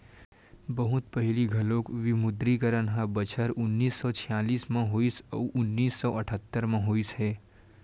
बहुत पहिली घलोक विमुद्रीकरन ह बछर उन्नीस सौ छियालिस म होइस अउ उन्नीस सौ अठत्तर म होइस हे